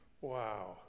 Wow